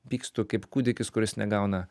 pykstu kaip kūdikis kuris negauna